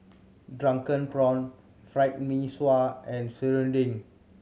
drunken prawn Fried Mee Sua and serunding